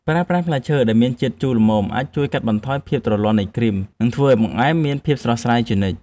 ប្រើប្រាស់ផ្លែឈើដែលមានជាតិជូរល្មមអាចជួយកាត់បន្ថយភាពទ្រលាន់នៃគ្រីម និងធ្វើឱ្យបង្អែមមានភាពស្រស់ស្រាយជានិច្ច។